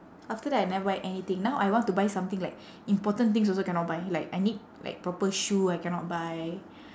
after that I never buy anything now I want to buy something like important things also cannot buy like I need like proper shoe I cannot buy